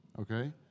okay